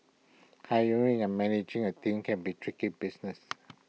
hiring and managing A team can be tricky business